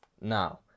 Now